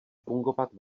fungovat